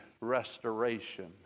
restoration